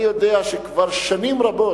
אני יודע שכבר שנים רבות,